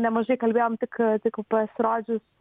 nemažai kalbėjom tik tik pasirodžius